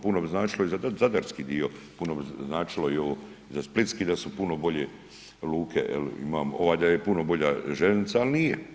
puno bi značilo i za zadarski dio, puno bi značilo i ovo za splitski da su puno bolje luke jel, ovaj da je puno bolja željeznica, al nije.